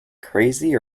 crazy